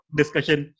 discussion